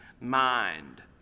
mind